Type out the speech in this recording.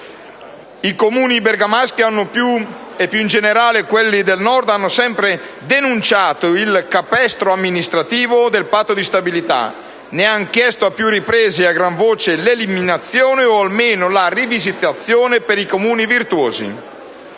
I Comuni bergamaschi e più in generale quelli del Nord hanno sempre denunciato il capestro amministrativo del Patto di stabilità, ne hanno chiesto a più riprese e a gran voce l'eliminazione o almeno la rivisitazione per i Comuni virtuosi.